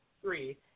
three